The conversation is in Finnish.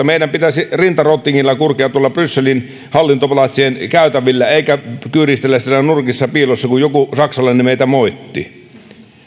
meidän pitäisi rinta rottingilla kulkea tuolla brysselin hallintopalatsien käytävillä eikä kyyristellä siellä nurkissa piilossa kun joku saksalainen meitä moittii